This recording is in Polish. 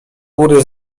góry